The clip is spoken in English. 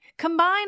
Combine